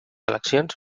eleccions